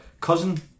cousin